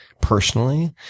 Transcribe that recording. personally